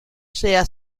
sea